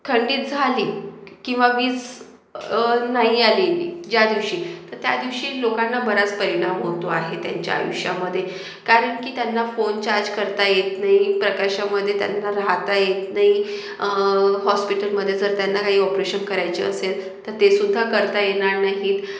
खंडित झाली किंवा वीज नाही आली ज्या दिवशी तर त्या दिवशी लोकांना बराच परिणाम होतो आहे त्यांच्या आयुष्यामधे कारण की त्यांना फोन चार्ज करता येत नाही प्रकाशामधे त्यांना राहता येत नाही हॉस्पिटलमधे जर त्यांना काही ऑपरेशन करायचे असेल तर तेसुद्धा करता येणार नाहीत